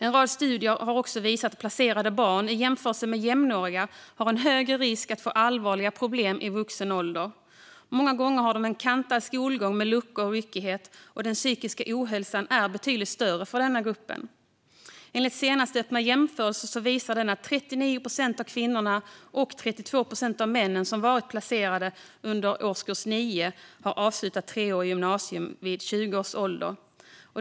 En rad studier har visat att placerade barn i jämförelse med jämnåriga har en högre risk att få allvarliga problem i vuxen ålder. Många gånger har de en skolgång kantad med luckor och ryckighet, och den psykiska ohälsan är betydligt större för den gruppen. Senaste Öppna jämförelser visar att 39 procent av kvinnorna och 32 procent av männen som varit placerade under årskurs 9 har avslutat treårigt gymnasium vid 20 års ålder.